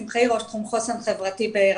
קודם כל שלום, אני ראש תחום חוסן חברתי ברח"ל.